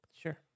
Sure